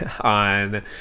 on